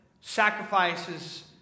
sacrifices